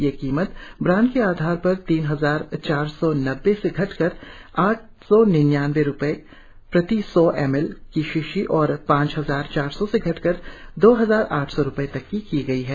यह कीमते ब्रांड के आधार पर तीन हजार चार सौ नब्बे से घटाकर आठ सौ निन्यानबे रुपये प्रति सौ एम एल की शीशी और पांच हजार चार सौ से घटाकर दो हजार आठ सौ रुपये तक की गई है